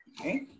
Okay